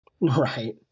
Right